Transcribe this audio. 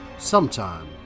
sometime